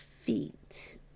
feet